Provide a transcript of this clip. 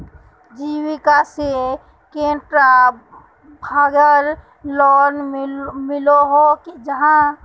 जीविका से कैडा भागेर लोन मिलोहो जाहा?